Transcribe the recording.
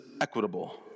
equitable